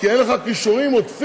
כי אין לך כישורים עודפים